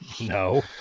No